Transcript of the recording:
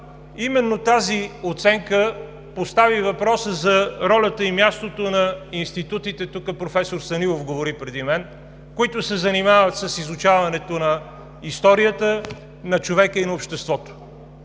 именно тази оценка постави въпроса за ролята и мястото на институтите – тук професор Станилов говори преди мен, които се занимават с изучаването на историята, на човека и на обществото,